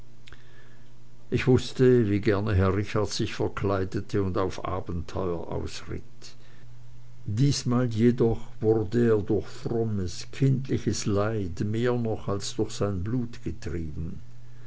ich wußte wie gerne herr richard sich verkleidete und auf abenteuer ausritt diesmal jedoch wurde er durch frommes kindliches leid mehr noch als durch sein blut getrieben